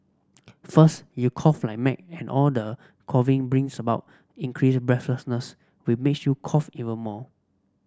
first you cough like mad and all the coughing brings about increased breathlessness we makes you cough even more